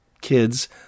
kids